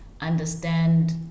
understand